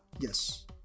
Yes